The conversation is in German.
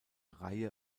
reihe